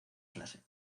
clase